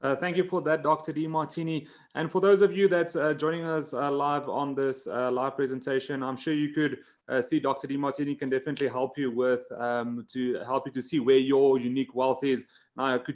ah thank you for that, dr. demartini and for those of you that are joining us live on this live presentation, i'm sure you could see dr. demartini can definitely help you with um to help you to see where your unique wealth is now.